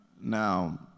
now